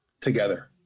together